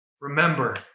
Remember